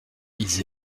ils